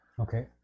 Okay